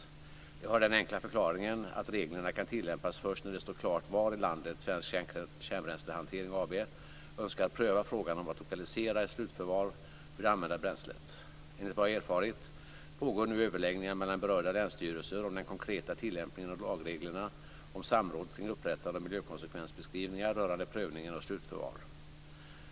Det har den enkla förklaringen att reglerna kan tillämpas först när det står klart var i landet Svensk Kärnbränslehantering AB önskar pröva frågan om att lokalisera ett slutförvar för det använda bränslet. Enligt vad jag erfarit pågår nu överläggningar mellan berörda länsstyrelser om den konkreta tilllämpningen av lagreglerna om samråd kring upprättande av miljökonsekvensbeskrivningar rörande prövningen av slutförvar.